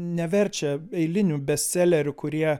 neverčia eilinių bestselerių kurie